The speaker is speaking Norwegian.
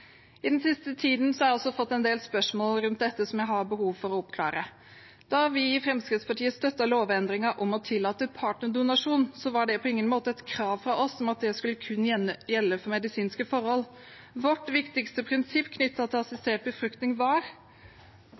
jeg også fått en del spørsmål rundt dette som jeg har behov for å få oppklart. Da vi i Fremskrittspartiet støttet lovendringen om å tillate partnerdonasjon, var det på ingen måte et krav fra oss at det kun skulle gjelde medisinske forhold. Vårt viktigste prinsipp knyttet til assistert befruktning var